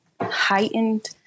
heightened